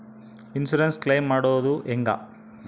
Insurance claim ಮಾಡೋದು ಹೆಂಗ?